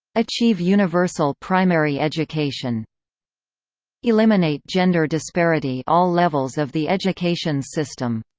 achieve universal primary education eliminate gender disparity all levels of the education system